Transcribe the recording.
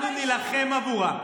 אנחנו נילחם עבורם.